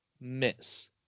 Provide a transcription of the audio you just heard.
miss